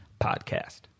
Podcast